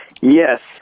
Yes